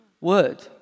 word